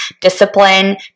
discipline